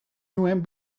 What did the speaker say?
nuen